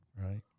right